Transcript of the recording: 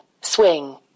swing